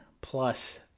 plus